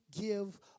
give